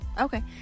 okay